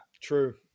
True